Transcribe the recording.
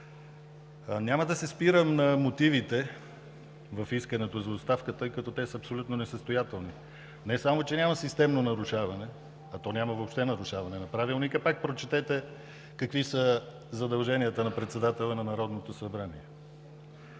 Няма да се спирам на мотивите за искането за оставка, тъй като те са абсолютно несъстоятелни. Не само че няма системно нарушаване, а няма въобще нарушаване на Правилника. Прочетете пак какви са задълженията на председателя на Народното събрание.